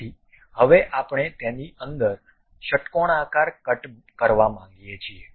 તેથી હવે આપણે તેની અંદર ષટ્કોણાકાર કટ કરવા માંગીએ છીએ